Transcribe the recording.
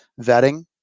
vetting